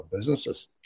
businesses